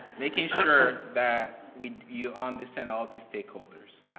making sure that we you understand all the stakeholders.